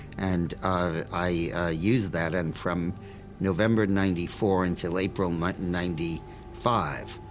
and i used that, and from november ninety four until april ninety ninety five,